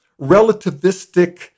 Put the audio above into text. relativistic